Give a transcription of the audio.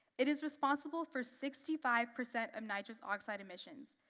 it is responsible for sixty five percent of nitrous oxide emissions,